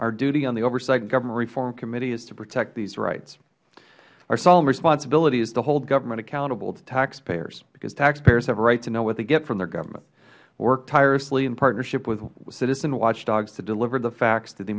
our duty on the oversight and government reform committee is to protect these rights our solemn responsibility is to hold government accountable to taxpayers because taxpayers have a right to know what they get from their government we will work tirelessly in partnership with citizen watchdogs to deliver the facts to the